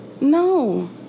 No